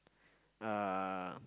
uh